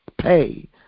pay